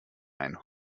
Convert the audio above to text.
ein